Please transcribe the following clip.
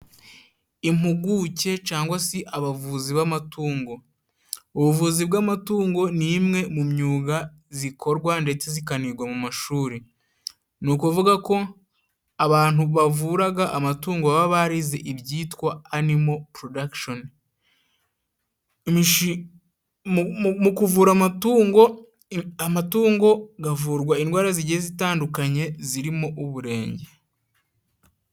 Impuguke cangwa si abavuzi b'amatungo, ubuvuzi bw'amatungo ni imwe mu myuga zikorwa ndetse zikanigwa mu mashuri ,ni ukuvuga ko abantu bavuraga amatungo baba barize ibyitwa animo porodakisheni ,mu kuvura amatungo, amatungo gavurwa indwara zigiye zitandukanye zirimo uburenge.